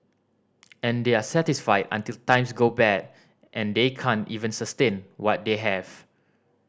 and they are satisfied until times go bad and they can't even sustain what they have